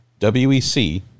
WEC